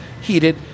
heated